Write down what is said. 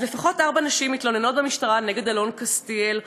אז לפחות ארבע נשים מתלוננות נגד אלון קסטיאל,